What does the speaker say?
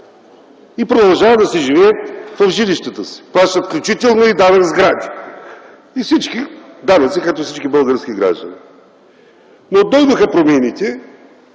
Продължават да живеят в жилищата. Плащат включително данък сгради и всички данъци, както всички български граждани. Дойдоха промените,